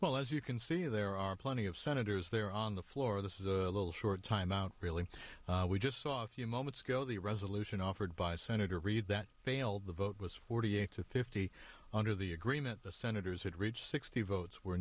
well as you can see there are plenty of senators there on the floor this is a little short time out really we just saw a few moments ago the resolution offered by senator reid that failed the vote was forty eight to fifty under the agreement the senators had reached sixty votes were